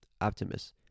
Optimus